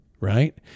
right